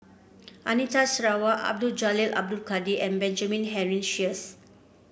Anita Sarawak Abdul Jalil Abdul Kadir and Benjamin Henry Sheares